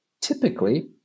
Typically